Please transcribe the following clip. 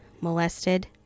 molested